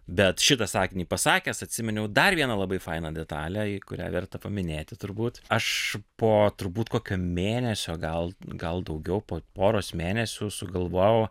bet šitą sakinį pasakęs atsiminiau dar vieną labai fainą detalę į kurią verta paminėti turbūt aš po turbūt kokio mėnesio gal gal daugiau po poros mėnesių sugalvojau